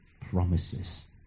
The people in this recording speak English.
promises